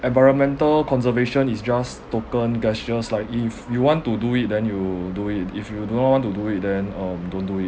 environmental conservation is just token gestures like if you want to do it then you do it if you do not want to do it then um don't do it